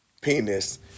penis